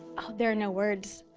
oh there are no words,